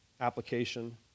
application